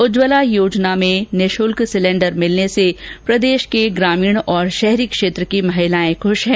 उज्ज्वला योजना में निःशुल्क सिलेन्डर मिलने से प्रदेश के ग्रामीण और शहरी क्षेत्र की महिलाएं खुष हैं